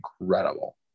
incredible